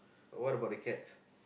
what about the cats